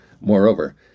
Moreover